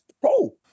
pro